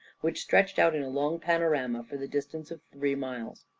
which stretched out in a long panorama for the distance of three miles.